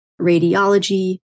radiology